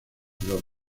los